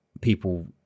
people